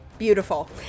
beautiful